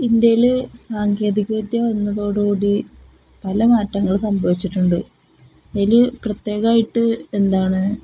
ഇന്ത്യയില് സാങ്കേതികവിദ്യ വന്നതോടുകൂടി പല മാറ്റങ്ങള് സംഭവിച്ചിട്ടുണ്ട് അതില് പ്രത്യേകമായിട്ട് എന്താണ്